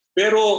pero